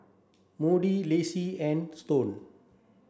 Moody Lacey and Stone